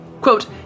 Quote